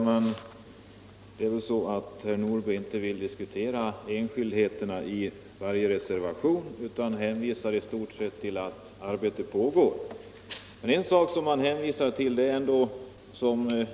Herr talman! Herr Nordberg vill inte diskutera enskildheterna i varje reservation utan hänvisar i stort sett till att arbete pågår. Det är emellertid